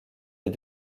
est